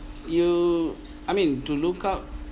you I mean to look out